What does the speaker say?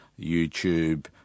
YouTube